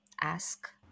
ask